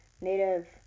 Native